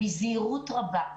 בזהירות רבה.